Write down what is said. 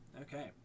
Okay